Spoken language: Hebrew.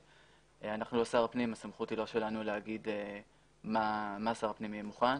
אנחנו לא שר הפנים והסמכות היא לא שלנו לומר מה שר הפנים יהיה מוכן.